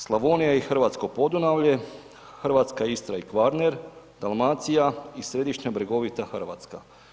Slavonija i hrvatsko Podunavlje, hrvatska Istra i Kvarner, Dalmacija i središnja bregovita Hrvatska.